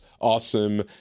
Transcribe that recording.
awesome